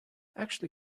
actually